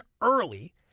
early